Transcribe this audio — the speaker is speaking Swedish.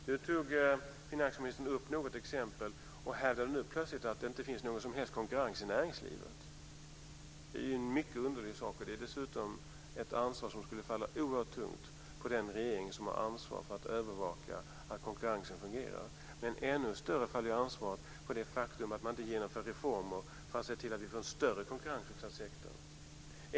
Nu tog finansministern upp något exempel och hävdade plötsligt att det inte finns någon som helst konkurrens i näringslivet. Det är en mycket underlig sak att säga, och det är dessutom ett ansvar som skulle falla oerhört tungt på den regering som har ansvar för att övervaka att konkurrensen fungerar. Men ännu tyngre faller ansvaret för det faktum att man inte genomför reformer för att se till att vi får en större konkurrensutsatt sektor.